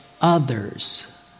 others